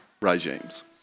regimes